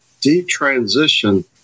detransition